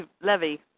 Levy